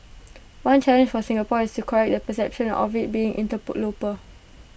one challenge for Singapore is to correct the perception of IT being